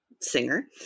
singer